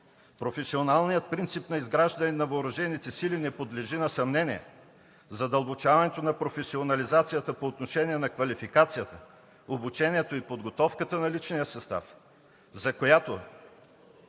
Професионалният принцип на изграждане на въоръжените сили не подлежи на съмнение. Задълбочаването на професионализацията по отношение на квалификацията, обучението и подготовката на личния състав, за която,